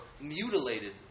mutilated